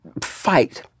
fight